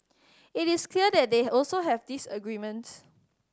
it is clear that they also have disagreements